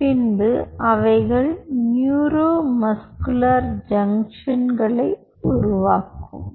பின்பு அவைகள் neuromuscular ஜங்ஷன்களை உருவாக்கும்